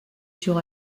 sur